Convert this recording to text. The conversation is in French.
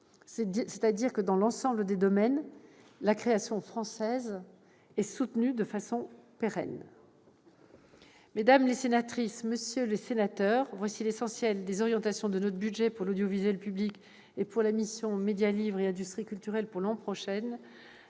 C'est dire que dans l'ensemble des domaines, la création française est soutenue de façon pérenne. Mesdames les sénatrices, messieurs les sénateurs, voilà l'essentiel des orientations de notre budget pour l'audiovisuel public et pour la mission « Médias, livre et industries culturelles » pour l'an prochain.